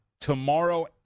tomorrow